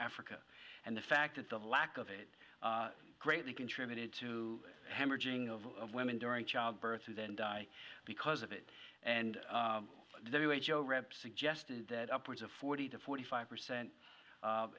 africa and the fact that the lack of it greatly contributed to hemorrhaging of women during childbirth who then die because of it and joe rip suggested that upwards of forty to forty five percent